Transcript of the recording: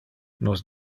nos